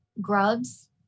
grubs